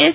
S